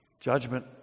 Judgment